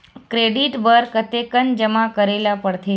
Credit बर कतेकन जमा करे ल पड़थे?